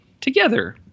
together